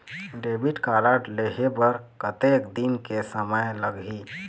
Debit card लेहे बर कतेक दिन के समय लगही?